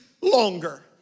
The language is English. longer